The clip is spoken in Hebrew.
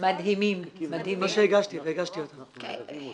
יש לנו